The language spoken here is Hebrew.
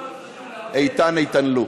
איתן-לו.